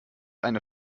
eine